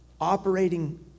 operating